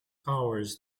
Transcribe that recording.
powers